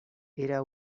era